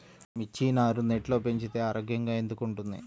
మిర్చి నారు నెట్లో పెంచితే ఆరోగ్యంగా ఎందుకు ఉంటుంది?